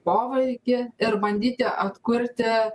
poveikį ir bandyti atkurti